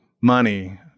money